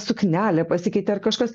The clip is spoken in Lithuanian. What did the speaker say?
suknelė pasikeitė ar kažkas